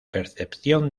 percepción